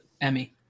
Emmy